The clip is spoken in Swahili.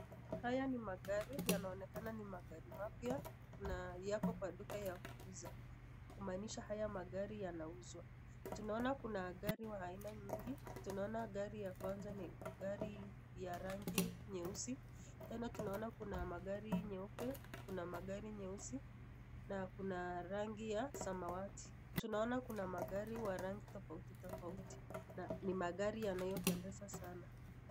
Haya ni magari yanaonekana ni magari mapya, na yapo kwa duka ya kuuza, kumaanisha haya magari yanauzwa. tunaona kuna gari ya aina nyingi. Tunaona gari ya kwanza ni gari ya rangi nyeusi. Tena tunaona kuna gari nyeupe, kuna magari nyeusi na kuna rangi ya samawati. Tunaona kuna magari wa rangi tofauti tofauti na ni magari yanayopendeza sana.